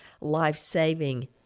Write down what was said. life-saving